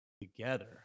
together